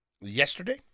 yesterday